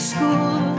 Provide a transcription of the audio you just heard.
School